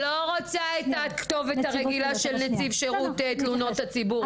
אני לא רוצה את הכתובת הרגילה של נציב שירות תלונות לציבור,